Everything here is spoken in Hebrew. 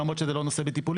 למרות שזה לא נושא בטיפולי,